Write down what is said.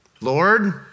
Lord